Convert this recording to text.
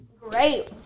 Great